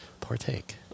partake